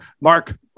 Mark